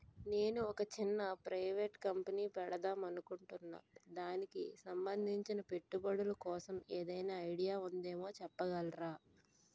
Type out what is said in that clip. నేను ఒక చిన్న ప్రైవేట్ కంపెనీ పెడదాం అనుకుంటున్నా దానికి సంబందించిన పెట్టుబడులు కోసం ఏదైనా ఐడియా ఉందేమో చెప్పగలరా?